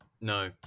no